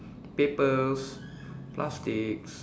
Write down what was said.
papers plastics